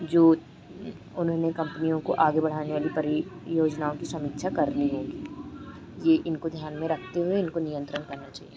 जो उन्होंने कम्पनियों को आगे बढ़ाने वाली परियोजनाओं की समीक्षा करनी होगी यह इनको ध्यान में रखते हुए इनको नियंत्रण करना चहिए